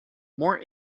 more